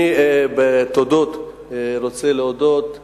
אני רוצה להודות כמובן,